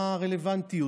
מה הרלוונטיות?